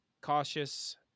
cautious